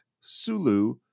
Sulu